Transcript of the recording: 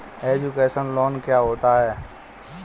Education loan क्या होता है?